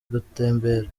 gutembera